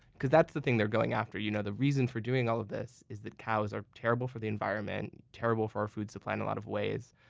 because that's the thing they're going after. you know the reason for doing all of this is that cows are terrible for the environment, terrible for our food supply in lot of ways,